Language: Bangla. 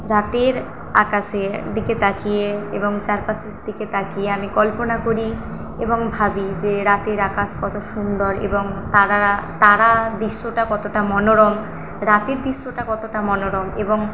রাতের আকাশের দিকে তাকিয়ে এবং চারপাশের দিকে তাকিয়ে আমি কল্পনা করি এবং ভাবি যে রাতের আকাশ কত সুন্দর এবং তারারা তারা বিশ্বটা কতটা মনোরম রাতের দৃশ্যটা কতটা মনোরম এবং